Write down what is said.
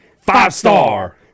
five-star